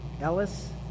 Ellis